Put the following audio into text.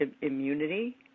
immunity